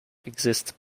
exists